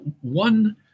one